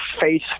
face